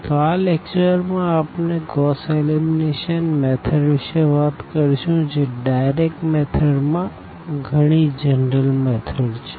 તો આ લેકચર માં આપણે ગોસ એલિમિનેશન મેથડ વિષે વાત કરશું જે ડાઈરેકટ મેથડ માં ગણી જનરલ છે